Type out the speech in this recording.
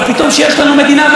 בכזאת קלות מוותרים.